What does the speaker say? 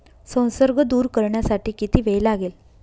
संसर्ग दूर करण्यासाठी किती वेळ लागेल?